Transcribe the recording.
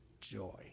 joy